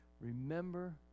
Remember